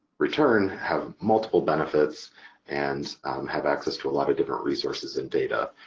return have multiple benefits and have access to a lot of different resources and data.